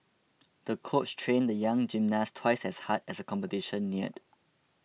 the coach trained the young gymnast twice as hard as the competition neared